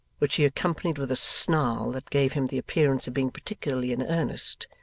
which he accompanied with a snarl that gave him the appearance of being particularly in earnest,